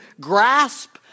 grasp